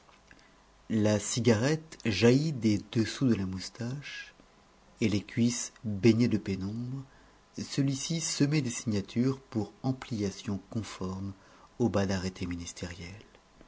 la cigarette jaillie des dessous de la moustache et les cuisses baignées de pénombre celui-ci semait des signatures pour ampliations conformes au bas d'arrêtés ministériels